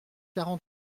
quarante